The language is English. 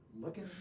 looking